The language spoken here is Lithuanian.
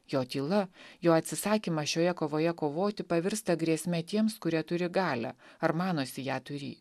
jo tyla jo atsisakymą šioje kovoje kovoti pavirsta grėsme tiems kurie turi galią ar manosi ją turį